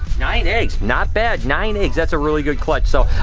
nine eggs, not bad. nine eggs, that's a really good clutch. so,